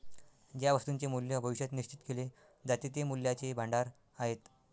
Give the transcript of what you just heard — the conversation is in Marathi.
ज्या वस्तूंचे मूल्य भविष्यात निश्चित केले जाते ते मूल्याचे भांडार आहेत